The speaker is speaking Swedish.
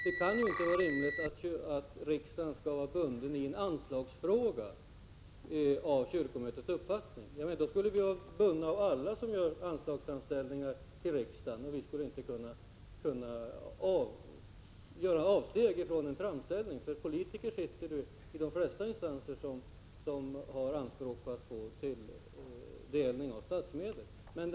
Det kan inte vara rimligt att riksdagen i en anslagsfråga skall vara bunden av kyrkomötets uppfattning. Då skulle vi ju vara bundna av alla som gör anslagsframställningar till riksdagen, och vi skulle inte kunna göra avsteg från en framställning. Och det sitter politiker i de flesta instanser som har anspråk på att få tilldelning av statsmedel.